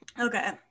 okay